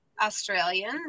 Australian